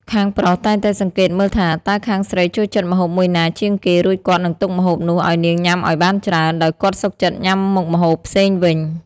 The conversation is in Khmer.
ខាងប្រុសតែងតែសង្កេតមើលថា តើខាងស្រីចូលចិត្តម្ហូបមួយណាជាងគេ រួចគាត់នឹងទុកម្ហូបនោះឱ្យនាងញ៉ាំឱ្យបានច្រើន ដោយគាត់សុខចិត្តញ៉ាំមុខម្ហូបផ្សេងវិញ។